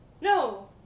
no